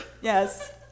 Yes